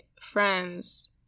friends